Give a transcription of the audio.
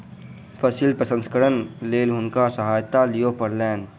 फसिल प्रसंस्करणक लेल हुनका सहायता लिअ पड़लैन